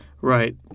right